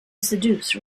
seduce